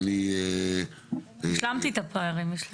השלמתי את הפערים.